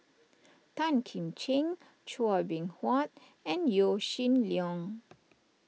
Tan Kim Ching Chua Beng Huat and Yaw Shin Leong